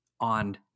on